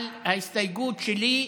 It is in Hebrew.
להסתייגות שלי,